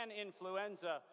influenza